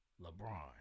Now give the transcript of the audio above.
LeBron